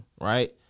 Right